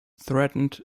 threatened